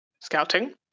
scouting